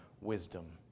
wisdom